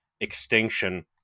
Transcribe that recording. extinction